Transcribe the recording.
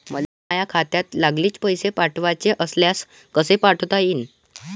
मले माह्या खात्यातून लागलीच पैसे पाठवाचे असल्यास कसे पाठोता यीन?